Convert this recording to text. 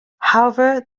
however